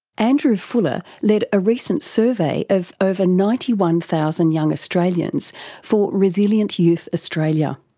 andrew fuller led a recent survey of over ninety one thousand young australians for resilient youth australia.